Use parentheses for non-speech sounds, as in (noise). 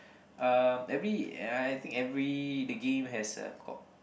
uh every (noise) I think every the game has a got